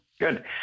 Good